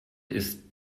ist